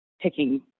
picking